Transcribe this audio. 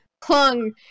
clung